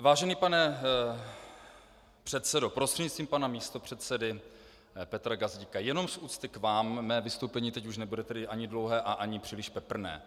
Vážený pane předsedo prostřednictvím pana místopředsedy Petra Gazdíka, jenom z úcty k vám mé vystoupení teď už nebude ani dlouhé, ani příliš peprné.